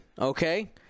Okay